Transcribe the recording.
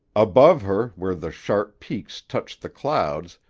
above her, where the sharp peaks touched the clouds,